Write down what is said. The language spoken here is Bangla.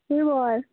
তুই বল